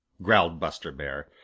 growled buster bear.